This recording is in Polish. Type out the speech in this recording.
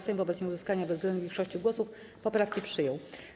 Sejm wobec nieuzyskania bezwzględnej większości głosów poprawki przyjął.